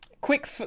Quick